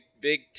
big